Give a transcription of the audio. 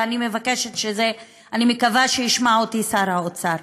ואני מבקשת ואני מקווה שישמע אותי שר האוצר,